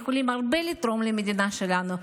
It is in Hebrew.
שיכולים לתרום הרבה למדינה שלנו.